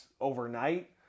overnight